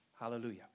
Hallelujah